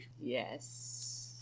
Yes